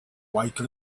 white